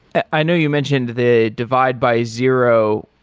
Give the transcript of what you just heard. i know you mentioned the divide by zero,